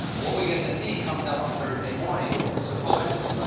what we get to see comes out on thursday morning supposedly.